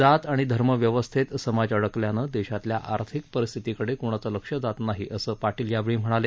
जात आणि धर्मव्यवस्थेत समाज अडकल्यानं देशातल्या आर्थिक परिस्थितीकडे कोणाचं लक्ष जात नाही असं पाटील यावेळी म्हणाले